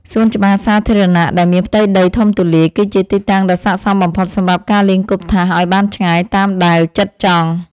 សួនច្បារសាធារណៈដែលមានផ្ទៃដីធំទូលាយ គឺជាទីតាំងដ៏ស័ក្តិសមបំផុតសម្រាប់ការលេងគប់ថាសឱ្យបានឆ្ងាយតាមដែលចិត្តចង់។